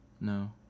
No